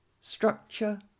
structure